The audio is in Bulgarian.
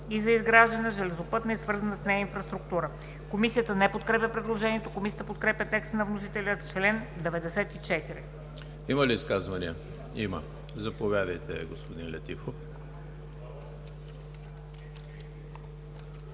и за изграждане на железопътна и свързана с нея инфраструктура.“ Комисията не подкрепя предложението. Комисията подкрепя текста на вносителя за чл. 94. ПРЕДСЕДАТЕЛ ЕМИЛ ХРИСТОВ: Има ли изказвания? Заповядайте, господин Летифов.